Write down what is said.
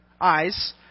eyes